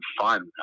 fun